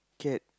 cat